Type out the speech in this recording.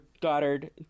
Goddard